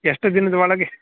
ಎಷ್ಟು ದಿನದ ಒಳಗೆ